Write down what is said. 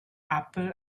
apple